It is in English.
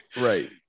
Right